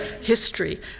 history